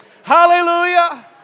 Hallelujah